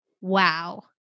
wow